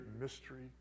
mystery